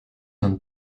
and